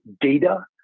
data